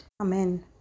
Amen